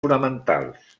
fonamentals